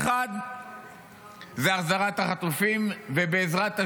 האחד זה החזרת החטופים, ובעזרת השם,